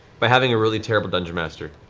by having a really terrible dungeon master.